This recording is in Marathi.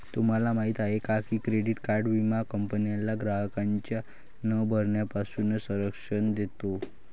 तुम्हाला माहिती आहे का की क्रेडिट विमा कंपन्यांना ग्राहकांच्या न भरण्यापासून संरक्षण देतो